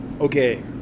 Okay